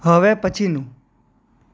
હવે પછીનું